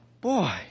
boy